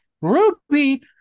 Ruby